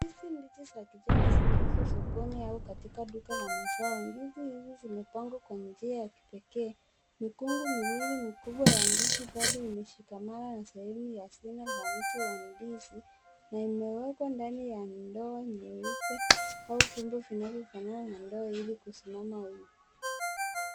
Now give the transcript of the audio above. Hizi ndizi za kijani zikiuzwa sokoni au katika duka la mazao. Ndizi hizi zimepangwa kwa njia ya kipekee. Mikungu miwili mikubwa ya ndizi bado imeshikana na sehemu ya zina la mti wa ndizi na imewekwa ndani ya ndoo nyeupe au vyombo vinavyofanana na ndoo ili kusimama wima.